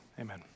amen